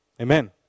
Amen